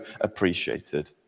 appreciated